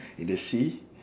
in the sea